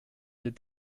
est